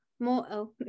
More